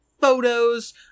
photos